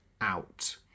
out